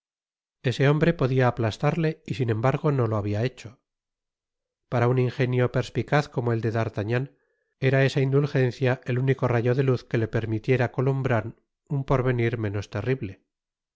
ese hombre podia aplastarle y sin embargo no lo habia hecho para un ingenio perspicaz como el de d'artagnan era esa indulgencia el único rayo de luz que le permitiera columbrar un porvenir menos terrible